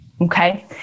Okay